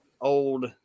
old